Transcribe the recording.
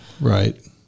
right